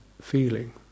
feeling